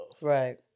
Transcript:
right